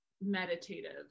meditative